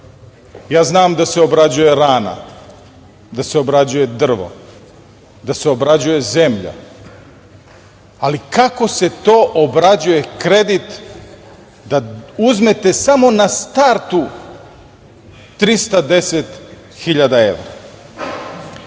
Ja znam da se obrađuje rana, da se obrađuje drvo, da se obrađuje zemlja, ali kako se to obrađuje kredit da uzmete samo na startu 310.000